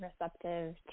receptive